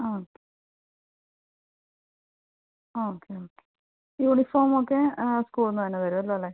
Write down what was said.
ആ okay okay okay uniform ഒക്കെ സ്കൂളിൽ നിന്ന് തന്നെ തെരുമല്ലോ അല്ലേ